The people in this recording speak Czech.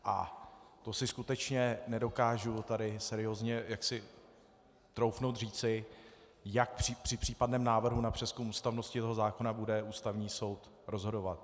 A to si skutečně nedokážu tady seriózně troufnout říci, jak při případném návrhu na přezkum ústavnosti tohoto zákona bude Ústavní soud rozhodovat.